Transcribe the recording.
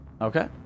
Okay